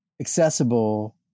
accessible